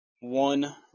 one